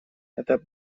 это